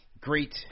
great